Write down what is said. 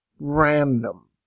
random